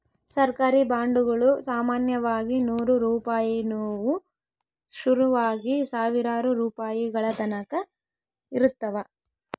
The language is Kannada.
ಸರ್ಕಾರಿ ಬಾಂಡುಗುಳು ಸಾಮಾನ್ಯವಾಗಿ ನೂರು ರೂಪಾಯಿನುವು ಶುರುವಾಗಿ ಸಾವಿರಾರು ರೂಪಾಯಿಗಳತಕನ ಇರುತ್ತವ